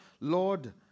Lord